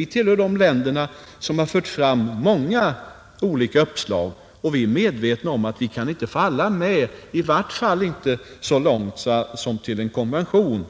Vi tillhör de länder som fört fram många olika uppslag, och vi är medvetna om att vi inte kan få med alla, i vart fall inte så långt som till en konvention.